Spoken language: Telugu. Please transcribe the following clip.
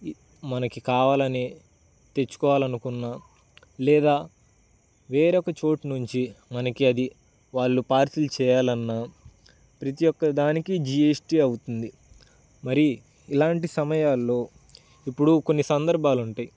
మనకి కావాలని తెచ్చుకోవాలి అనుకున్నా లేదా వేరొక చోటు నుంచి మనకి అది వాళ్ళు పార్సిల్ చేయాలి అన్నా ప్రతి ఒక్క దానికి జీ ఎస్ టీ అవుతుంది మరి ఇలాంటి సమయాల్లో ఇప్పుడు కొన్ని సందర్భాలు ఉంటాయి